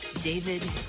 David